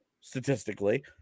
statistically